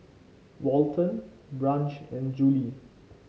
Walton Branch and Juli